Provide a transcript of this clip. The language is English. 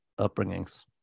upbringings